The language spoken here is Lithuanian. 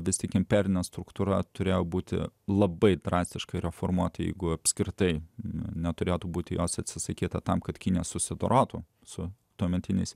vis tik imperinė struktūra turėjo būti labai drastiškai reformuoti jeigu apskritai neturėtų būti jos atsisakyta tam kad ji nesusidorotų su tuometiniais